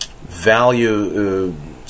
value